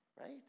right